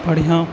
बढ़िआँ